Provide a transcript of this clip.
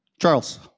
Charles